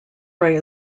ray